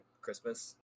Christmas